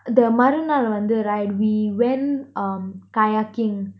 the மறுநாள் வந்து:marunaal vanthu right we went kayaking